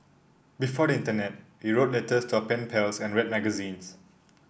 before the internet we wrote letters to our pen pals and read magazines